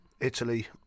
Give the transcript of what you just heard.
Italy